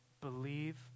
Believe